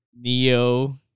NEO